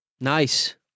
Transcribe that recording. nice